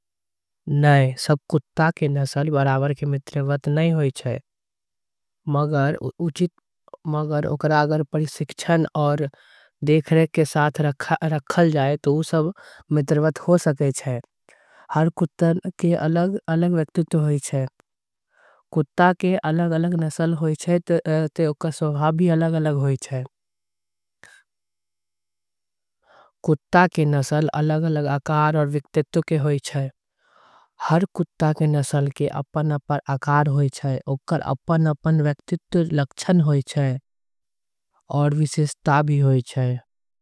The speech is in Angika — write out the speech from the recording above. नई सब कुत्ता के नसल बराबर के मित्रवत नई होवे चिये। अगर ओकरा के उचित परिक्षण आऊ देखरेख के साथ। रखल जाय त ओ सब मित्रवत हो सकत है हर कुत्ता के। अलग अलग व्यक्तिव होई छे कुत्ता के अलग अलग। नसल होई छे ते ओकर स्वभाव भी अलग होई छे कुत्ता। के नसल अलग अलग आकार आऊ व्यक्तित्व के होई छे। हर कुत्ता के अलग अलग आकार आऊ व्यक्तित्व होई छे।